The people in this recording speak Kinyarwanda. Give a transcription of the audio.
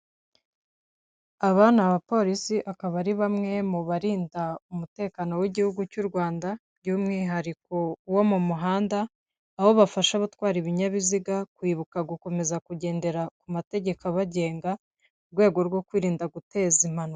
Aba ni abapolisi akaba ari bamwe mu barinda umutekano w'Igihugu cy'u Rwanda by'umwihariko wo mu muhanda, aho bafasha abatwara ibinyabiziga kwibuka gukomeza kugendera ku mategeko abagenga mu rwego rwo kwirinda guteza impanuka.